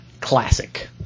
Classic